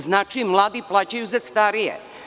Znači, mladi plaćaju za starije.